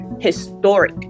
historic